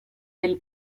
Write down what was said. del